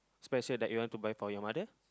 special that you want to buy for your mother